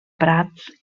prats